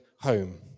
home